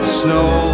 snow